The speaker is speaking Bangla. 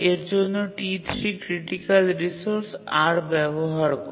এর জন্য T3 ক্রিটিকাল রিসোর্স R ব্যবহার করে